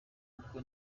kuko